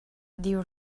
dir